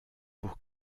pour